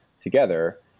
together